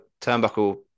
turnbuckle